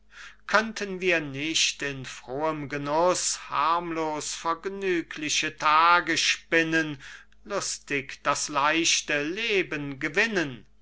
könnten wir nicht in frohem genuß harmlos vergnügliche tage spinnen lustig das leichte leben gewinnen